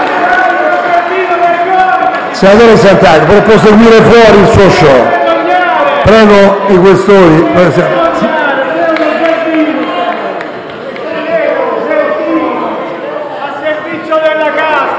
al servizio della casta!